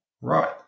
Right